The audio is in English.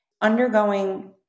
undergoing